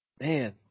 man